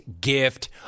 gift